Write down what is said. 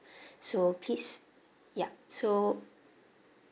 so please yup so